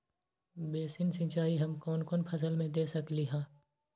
Basin सिंचाई हम कौन कौन फसल में दे सकली हां?